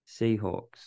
Seahawks